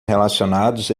relacionados